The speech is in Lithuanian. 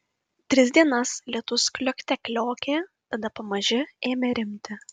tris dienas lietus kliokte kliokė tada pamaži ėmė rimti